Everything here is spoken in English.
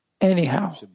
anyhow